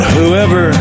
Whoever